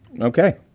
Okay